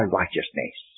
righteousness